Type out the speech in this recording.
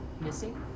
missing